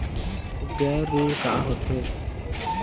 गैर ऋण का होथे?